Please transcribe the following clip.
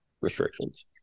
restrictions